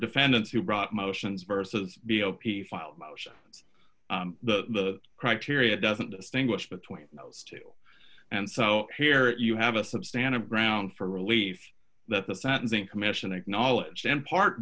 defendants who brought motions versus b o p filed motions the criteria doesn't distinguish between those two and so here you have a substandard ground for relief that the sentencing commission acknowledged in part